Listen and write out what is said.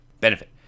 Benefit